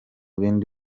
bindi